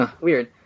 Weird